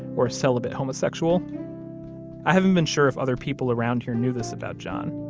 or celibate homosexual i haven't been sure if other people around here knew this about john,